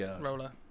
roller